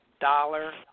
dollar